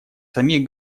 самих